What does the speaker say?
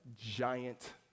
giant